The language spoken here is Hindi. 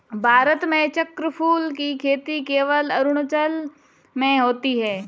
भारत में चक्रफूल की खेती केवल अरुणाचल में होती है